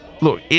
look